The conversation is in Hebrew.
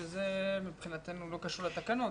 שזה מבחינתנו לא קשור לתקנות,